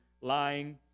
lying